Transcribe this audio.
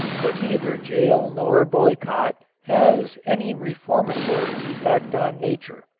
but neither jail nor boycott has any reformatory effect on nature.